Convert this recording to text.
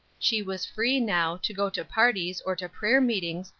she was free now, to go to parties, or to prayer-meetings,